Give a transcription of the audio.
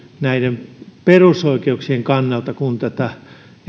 näiden perusoikeuksien kannalta kun tätä